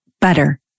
butter